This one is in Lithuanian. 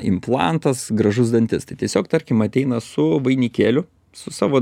implantas gražus dantis tai tiesiog tarkim ateina su vainikėliu su savo